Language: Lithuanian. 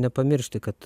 nepamiršti kad